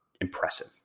impressive